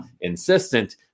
insistent